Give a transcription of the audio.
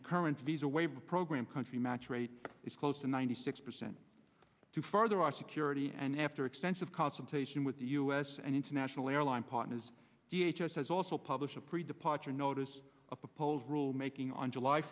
the current visa waiver program country match rate is close to ninety six percent to further our security and after extensive consultation with the u s and international airline partners d h s s also publish a pre departure notice a proposed rule making on july